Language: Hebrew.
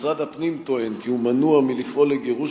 משרד הפנים טוען כי הוא מנוע מלפעול לגירוש